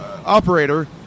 Operator